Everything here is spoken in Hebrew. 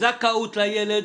זכאות לילד.